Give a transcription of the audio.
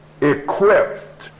equipped